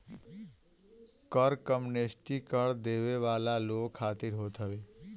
कर एमनेस्टी कर देवे वाला लोग खातिर होत हवे